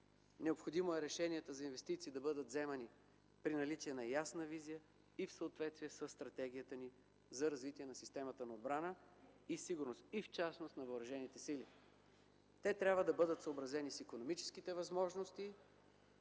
Необходимо е решенията за инвестиции да бъдат вземани при наличие на ясна визия и в съответствие със стратегията ни за развитие на системата на отбрана и сигурност, и в частност на въоръжените сили. Те трябва да бъдат съобразени с икономическите възможности